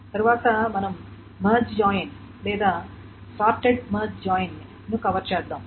తరువాత మనం merge join లేదా సోర్టెడ్ మెర్జ్ జాయిన్ను కవర్ చేస్తాము